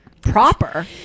Proper